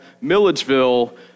Milledgeville